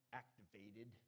activated